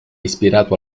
ispirato